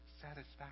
satisfaction